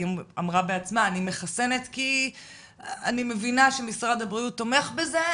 היא אמרה בעצמה: אני מחסנת כי אני מבינה שמשרד הבריאות תומך בזה.